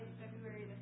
February